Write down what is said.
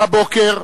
הבוקר,